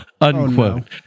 unquote